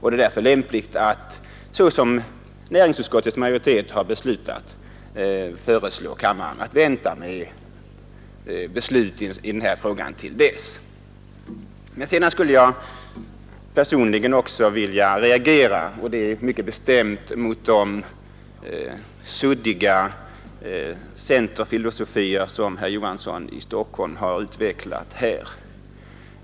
Det är därför lämpligt att, såsom näringsutskottets majoritet har beslutat, föreslå kammaren att vänta till dess med ett beslut i denna fråga. Personligen skulle jag också vilja reagera mycket bestämt mot den suddiga centerfilosofi som herr Johansson i Stockholm har utvecklat här.